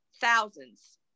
thousands